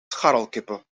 scharrelkippen